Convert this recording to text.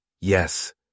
Yes